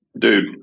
Dude